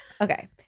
Okay